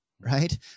right